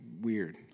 weird